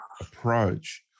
approach